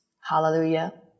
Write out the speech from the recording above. Hallelujah